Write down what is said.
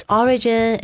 origin